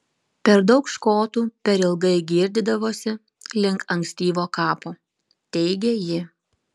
per daug škotų per ilgai girdydavosi link ankstyvo kapo teigė ji